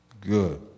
Good